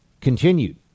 continued